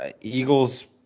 Eagles